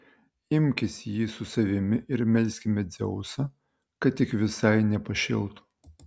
imkis jį su savimi ir melskime dzeusą kad tik visai nepašėltų